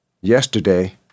yesterday